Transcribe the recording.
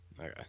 okay